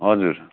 हजुर